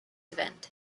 event